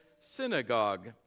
synagogue